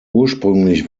ursprünglich